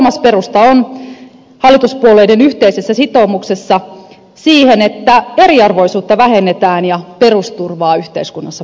kolmas perusta on hallituspuolueiden yhteisessä sitoumuksessa siihen että eriarvoisuutta vähennetään ja perusturvaa yhteiskunnassa parannetaan